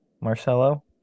Marcelo